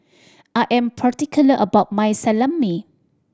I am particular about my Salami